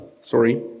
sorry